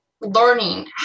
learning